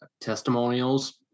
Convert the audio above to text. Testimonials